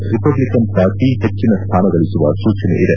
Republican party ಹೆಚ್ಚಿನ ಸ್ಥಾನಗಳಿಸುವ ಸೂಚನೆಯಿದೆ